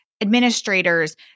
administrators